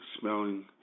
smelling